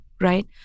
Right